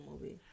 movie